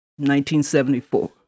1974